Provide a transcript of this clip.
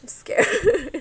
I'm scared